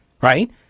right